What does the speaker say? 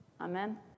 Amen